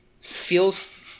feels